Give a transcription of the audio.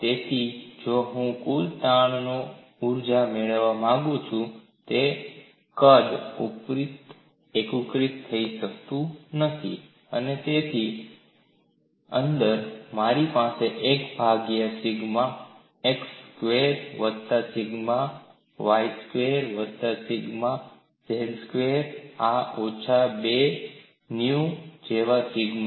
તેથી જો હું કુલ તાણ ઊર્જા મેળવવા માંગુ છું તો હું કદ કદ ઉપર એકીકૃત થઈ શકું છું અને તેની અંદર મારી પાસે 1 ભાગ્યા E સિગ્મા x સ્ક્વેર્ વત્તા સિગ્મા y સ્ક્વેર્ વત્તા સિગ્મા z આઓછા 2 nu જેવા સિગ્મા x સિગ્મા માં